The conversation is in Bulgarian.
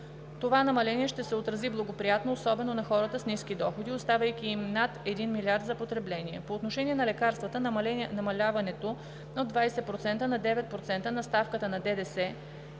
Това намаление ще се отрази благоприятно, особено на хората с ниски доходи, оставяйки им над 1 млрд. лв. за потребление. По отношение на лекарствата – намаляването от 20% на 9% на ставката на ДДС